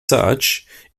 such